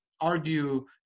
argue